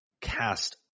cast